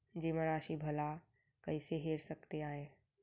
जेमा राशि भला कइसे हेर सकते आय?